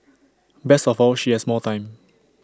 best of all she has more time